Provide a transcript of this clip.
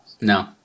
No